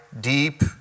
deep